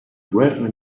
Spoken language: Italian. guerre